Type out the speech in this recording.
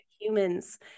humans